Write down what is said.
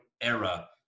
era